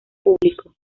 público